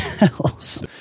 else